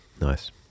Nice